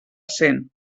cent